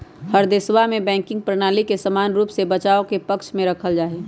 हर देशवा में बैंकिंग प्रणाली के समान रूप से बचाव के पक्ष में रखल जाहई